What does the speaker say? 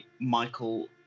Michael